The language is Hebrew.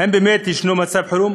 האם באמת יש מצב חירום?